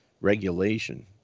regulation